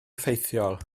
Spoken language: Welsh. effeithiol